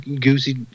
goosey